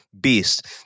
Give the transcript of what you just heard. Beast